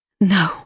No